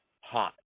Hot